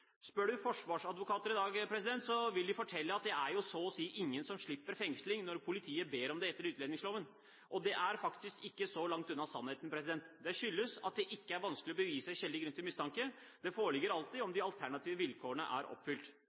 Spør du forsvarsadvokater i dag, vil de fortelle at det er jo så å si ingen som slipper fengsling når politiet ber om det etter utlendingsloven, og det er faktisk ikke så langt unna sannheten. Det skyldes at det ikke er vanskelig å bevise skjellig grunn til mistanke. Det foreligger alltid om de alternative vilkårene er oppfylt.